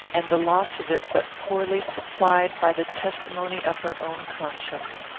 and the loss of it but poorly supplied by the testimony of her own conscience.